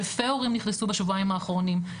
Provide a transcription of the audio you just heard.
אלפי הורים נכנסו בשבועיים האחרונים,